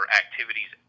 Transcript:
activities